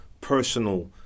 personal